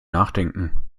nachdenken